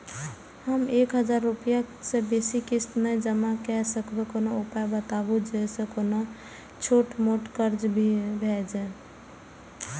हम एक हजार रूपया से बेसी किस्त नय जमा के सकबे कोनो उपाय बताबु जै से कोनो छोट मोट कर्जा भे जै?